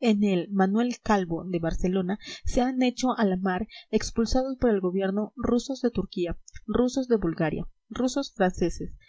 en el manuel calvo de barcelona se han hecho a la mar expulsados por el gobierno rusos de turquía rusos de bulgaria rusos franceses